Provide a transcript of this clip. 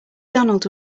donald